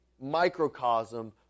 microcosm